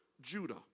Judah